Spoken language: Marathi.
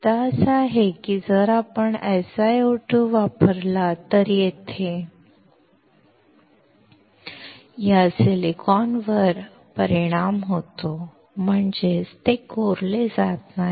मुद्दा असा आहे की जर आपण SiO2 वापरला तर येथे या सिलिकॉनवर परिणाम होतो म्हणजेच ते कोरले जात नाही